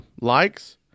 Likes